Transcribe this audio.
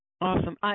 Awesome